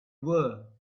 were